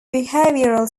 behavioral